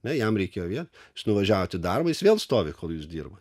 ne jam reikėjo vietos jūs nuvažiavot į darbą jis vėl stovi kol jūs dirbat